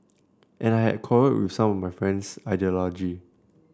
and I had quarrelled with some of my friends ideology